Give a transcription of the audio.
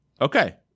okay